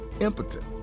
impotent